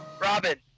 Robin